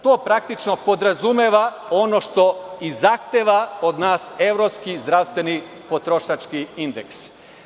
To praktično podrazumeva ono što i zahteva od nas evropski zdravstveni potrošački indeks.